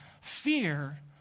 Fear